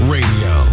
Radio